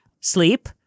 Sleep